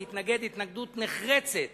מתנגד התנגדות נחרצת